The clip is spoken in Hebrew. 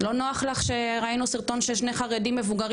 לא נוח לך שראינו סרטון של שני חרדים מבוגרים